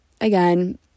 Again